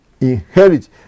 inherit